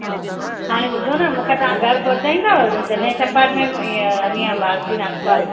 हा हाणे ॿुधो ना मूंखे तव्हां घरु पहुंचाईंदव गणेश अपार्ट्मेंट में ईअं नियर भारती नागपाल